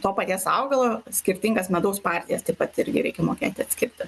to paties augalo skirtingas medaus partijas taip pat irgi reikia mokėti atskirti